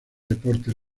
deportes